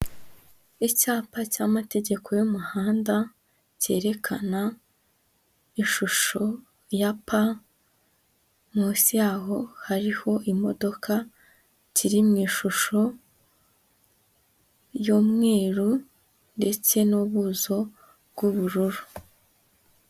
Icyapa cy'amategeko y'umuhanda, cyerekana ishusho ya P, munsi yaho hariho imodoka iri mu ishusho y'umweru ndetse n'ubuso bw'ubururu.